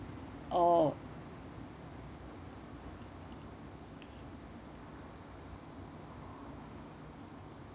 or